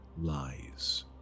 lies